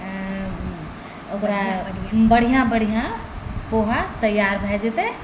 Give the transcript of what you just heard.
ओकरा बढ़िआँ बढ़िआँ पोहा तैयार भए जेतै